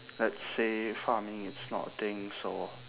let's say farming is not a thing so